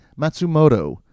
Matsumoto